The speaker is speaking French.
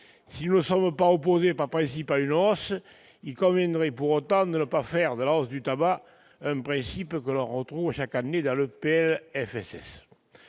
Si nous ne sommes pas opposés par principe à une hausse, il conviendrait pour autant de ne pas faire de la hausse du tabac un élément que l'on retrouve chaque année dans le projet